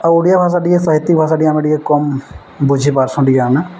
ଆଉ ଓଡ଼ିଆ ଭାଷା ଟିକେ ସାହିତ୍ୟ ଭାଷାଟିିକ ଆମେ ଟିକେ କମ୍ ବୁଝିପାର୍ସୁଁ ଟିକେ ଆମେ